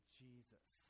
jesus